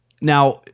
Now